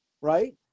Right